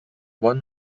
one